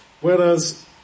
Whereas